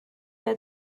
یاد